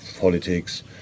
politics